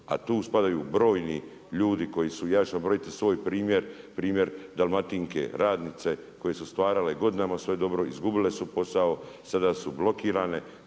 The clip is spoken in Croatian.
A tu spadaju brojni ljudi koji su, ja ću vam nabrojiti svoj primjer, primjer Dalmatinke, radnice koje su stvarale godinama sve dobro, izgubile su posao, sada su blokirane,